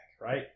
right